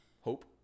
Hope